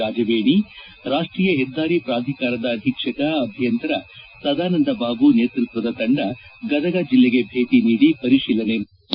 ರಾಜವೇಣಿ ರಾಷ್ಟೀಯ ಹೆದ್ದಾರಿ ಪ್ರಾಧಿಕಾರದ ಅಧೀಕ್ಷಕ ಅಭಿಯಂತರ ಸದಾನಂದ ಬಾಬು ನೇತೃತ್ವದ ತಂಡ ಗದಗ ಜಿಲ್ಲೆಗೆ ಭೇಟಿ ನೀಡಿ ಪರಿಶೀಲನೆ ಮಾಡಿದೆ